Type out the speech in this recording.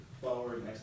Forward